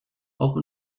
auch